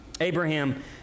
Abraham